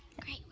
Great